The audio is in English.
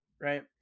right